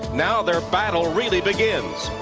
now their battle really begins.